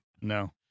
No